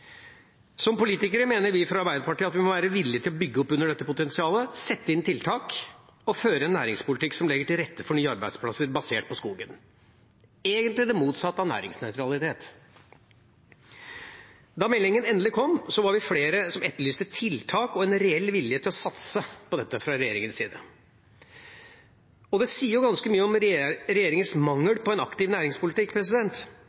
Som politikere mener vi fra Arbeiderpartiet at vi må være villig til å bygge opp under dette potensialet, sette inn tiltak og føre en næringspolitikk som legger til rette for nye arbeidsplasser basert på skogen – egentlig det motsatte av næringsnøytralitet. Da meldinga endelig kom, var vi flere som etterlyste tiltak og en reell vilje til å satse på dette fra regjeringas side. Det sier jo ganske mye om